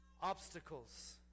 Obstacles